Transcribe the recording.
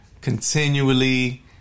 continually